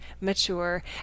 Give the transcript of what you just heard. mature